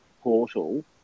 portal